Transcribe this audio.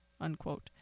unquote